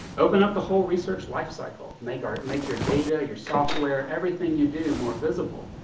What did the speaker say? open up the whole research lifecycle. make art make your data, your software, everything you do more visible.